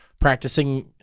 practicing